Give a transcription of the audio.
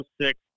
six